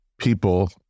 people